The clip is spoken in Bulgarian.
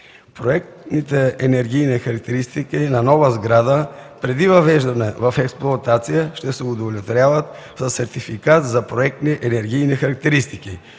Проектните енергийни характеристики на нова сграда преди въвеждане в експлоатация ще се удостоверяват със сертификат за проектни енергийни характеристики.